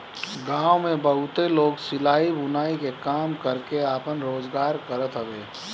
गांव में बहुते लोग सिलाई, बुनाई के काम करके आपन रोजगार करत हवे